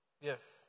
Yes